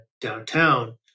downtown